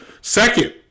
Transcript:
Second